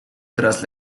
tras